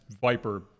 Viper